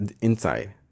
inside